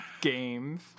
games